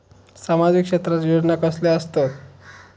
सामाजिक क्षेत्रात योजना कसले असतत?